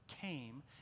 came